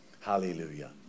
hallelujah